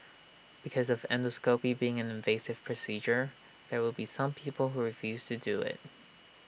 because of endoscopy being an invasive procedure there will be some people who refuse to do IT